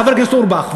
חבר הכנסת אורבך,